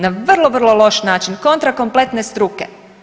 Na vrlo, vrlo loš način kontra kompletne struke.